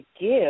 give